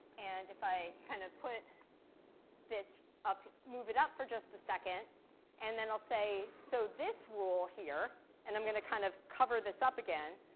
and if i kind of put this up move it up for just a second and then i'll say, so this rule here, and i'm going to kind of cover this up again.